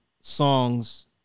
songs